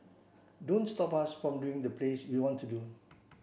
don't stop us from doing the plays we want to do